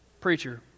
preacher